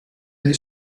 they